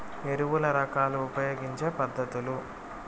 ఎరువుల రకాలు ఉపయోగించే పద్ధతులు?